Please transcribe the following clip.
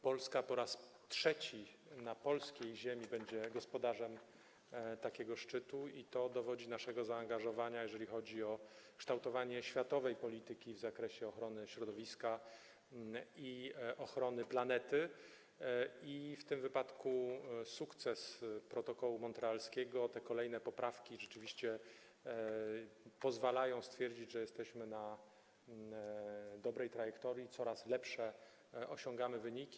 Polska po raz trzeci na polskiej ziemi będzie gospodarzem takiego szczytu i to dowodzi naszego zaangażowania, jeżeli chodzi o kształtowanie światowej polityki w zakresie ochrony środowiska i ochrony planety, i w tym wypadku sukces protokołu montrealskiego, te kolejne poprawki rzeczywiście pozwalają stwierdzić, że jesteśmy na dobrej trajektorii, na dobrej drodze, osiągamy coraz lepsze wyniki.